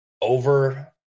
over